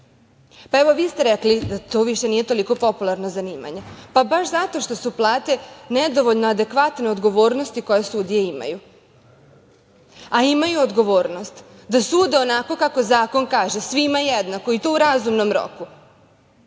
Pa, evo, vi ste rekli da to više nije toliko popularno zanimanje, pa baš zato što su plate nedovoljno adekvatne odgovornosti koje sudije imaju, a imaju odgovornost da sude onako kako zakon kaže, svima jednako, i to u razumnom